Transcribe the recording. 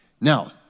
Now